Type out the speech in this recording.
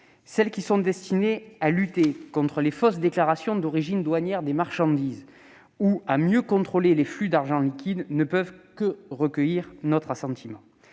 Celles qui sont destinées à lutter contre les fausses déclarations d'origine douanière des marchandises ou à mieux contrôler les flux d'argent liquide ne peuvent que recueillir notre assentiment.